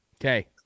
Okay